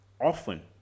often